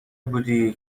بودی